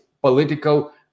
political